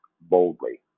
boldly